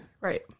Right